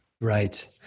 Right